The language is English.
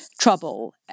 trouble